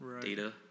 data